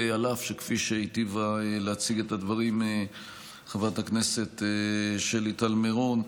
אף שכפי שהיטיבה להציג את הדברים חברת הכנסת שלי טל מירון,